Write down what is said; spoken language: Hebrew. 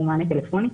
שהוא מענה טלפוני.